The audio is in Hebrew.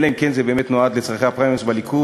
אלא אם כן זה באמת נועד לצורכי הפריימריז בליכוד,